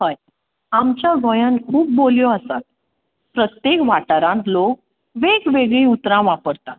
हय आमच्या गोंयान खूब बोलयो आसात प्रत्येक वाठारांत लोक वेगवेगळीं उतरां वापरतात